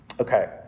Okay